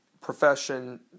profession